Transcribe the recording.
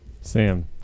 Sam